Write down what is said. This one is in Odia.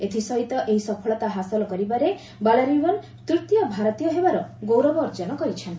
ଏଥିସହିତ ଏହି ସଫଳତା ହାସଲ କରିବାରେ ବଲାରିବନ୍ ତୂତୀୟ ଭାରତୀୟ ହେବାର ଗୌରମ ଅର୍ଜନ କରିଛନ୍ତି